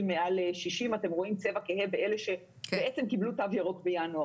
מעל 60. אתם רואים צבע כהה באלה שבעצם קיבלו תו ירוק בינואר.